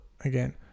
again